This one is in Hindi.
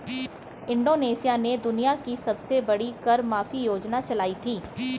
इंडोनेशिया ने दुनिया की सबसे बड़ी कर माफी योजना चलाई थी